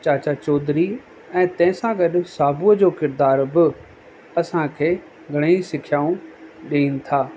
चाचा चौधरी ऐं तंहिंसां गॾु साबुअ जो किरदार बि असांखे घणे ई सिखयाऊं ॾियनि था